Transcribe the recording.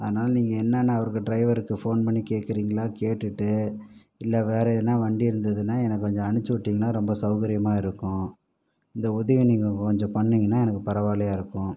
அதனால நீங்கள் என்னெனான்னு அவருக்கு டிரைவருக்கு ஃபோன் பண்ணி கேட்குறீங்களா கேட்டுட்டு இல்லை வேறு எதனா வண்டி இருந்ததுன்னா எனக்கு கொஞ்சம் அனுப்புச்சி விட்டீங்கன்னா ரொம்ப சௌகரியமாக இருக்கும் இந்த உதவியை நீங்கள் கொஞ்சம் பண்ணிங்கன்னா எனக்கு பரவாயில்லையா இருக்கும்